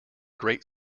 great